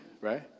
right